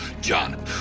john